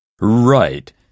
Right